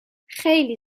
خیلی